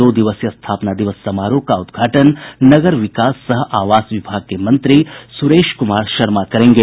दो दिवसीय स्थापना दिवस समारोह का उद्घाटन नगर विकास सह आवास विभाग मंत्री सुरेश कुमार शर्मा करेंगे